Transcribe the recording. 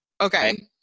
okay